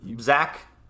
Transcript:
zach